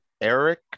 Eric